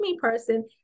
person